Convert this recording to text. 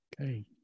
Okay